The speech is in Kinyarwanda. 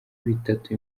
bitatu